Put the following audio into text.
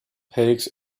paix